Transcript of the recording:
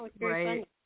Right